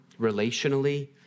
relationally